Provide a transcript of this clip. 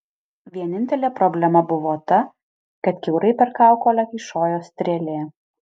vienintelė problema buvo ta kad kiaurai per kaukolę kyšojo strėlė